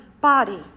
body